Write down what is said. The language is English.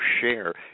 share